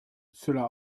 cela